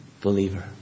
believer